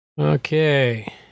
Okay